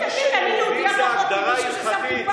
אני אסביר.